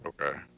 Okay